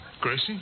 Gracie